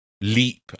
leap